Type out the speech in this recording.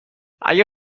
اگه